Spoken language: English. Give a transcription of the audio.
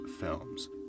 films